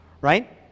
right